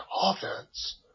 offense